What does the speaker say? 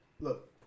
look